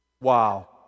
wow